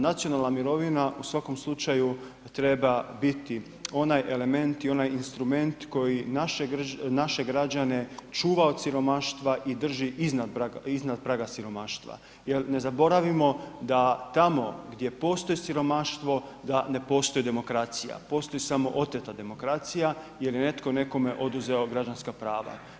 Nacionalna mirovina u svakom slučaju treba biti onaj element i onaj instrument koji naše građane čuva od siromaštva i drži iznad praga siromaštva jer ne zaboravimo da tamo gdje postoji siromaštvo da ne postoji demokracija, postoji samo oteta demokracija jer je netko nekome oduzeo građanska prava.